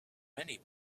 many